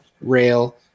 rail